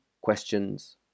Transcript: questions